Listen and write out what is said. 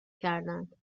کردند